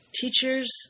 teachers